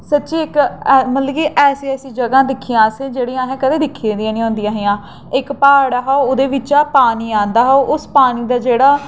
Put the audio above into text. सच्ची इक्क मतलब ऐसियां ऐसियां जगह दिक्खियां असें जेह्ड़ियां असें कदें दिक्खी दियां निं होंदियां हियां इक्क प्हाड़ हा ओह्दे बिच्चा पानी आंदा हा उस पानी दा जेह्ड़ा